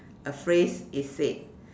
a phrase is said